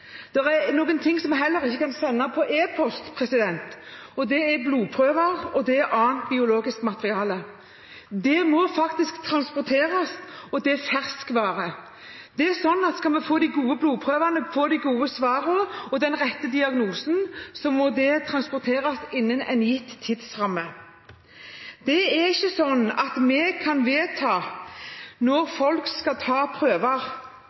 er noen ting som vi heller ikke kan sende med e-post, og det er blodprøver og annet biologisk materiale. Det må faktisk transporteres, og det er ferskvare. Skal vi få de gode blodprøvene, de gode svarene og den rette diagnosen, må det transporteres innen en gitt tidsramme. Vi kan ikke vedta når folk skal ta prøver. Vi vet at sykdom kommer uventet, og vi vet at pasienter med kroniske sykdommer kan